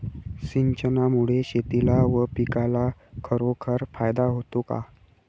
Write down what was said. सिंचनामुळे शेतीला व पिकाला खरोखर फायदा होतो का?